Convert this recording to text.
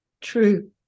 true